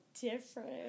different